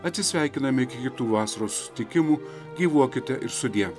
atsisveikiname iki kitų vasaros susitikimų gyvuokite ir sudie